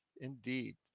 indeed